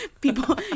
People